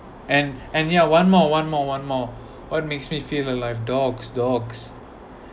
and and ya one more one more one more what makes me feel alive dogs dogs